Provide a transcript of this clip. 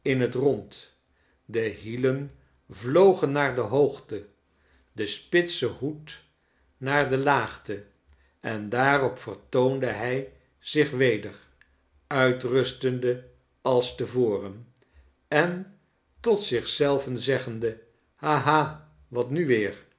in het rond de hielen vlogen naar de hoogte de spitse hoed naar de laagte en daarop vertoonde hij zich weder uitrustende als te voren en tot zich zelven zeggende ha ha wat nu weer